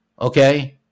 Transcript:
Okay